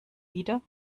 wieder